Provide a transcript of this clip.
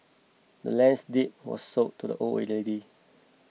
the land's deed was sold to the old lady